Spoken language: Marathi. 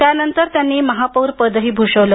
त्यानंतर त्यांनी महापौर पदही भूषवले